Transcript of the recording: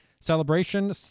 celebration